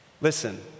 Listen